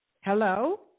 Hello